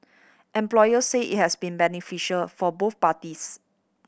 employers said it has been beneficial for both parties